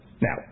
Now